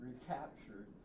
recaptured